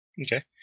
Okay